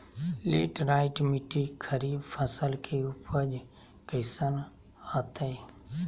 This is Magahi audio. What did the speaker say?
लेटराइट मिट्टी खरीफ फसल के उपज कईसन हतय?